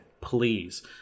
please